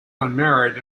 unmarried